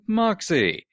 moxie